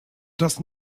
does